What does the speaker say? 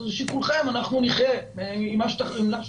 לשיקולכם, אנחנו נחיה עם מה שתאשרו.